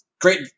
great